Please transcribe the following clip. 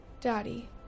Daddy